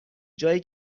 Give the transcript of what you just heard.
جایی